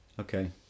Okay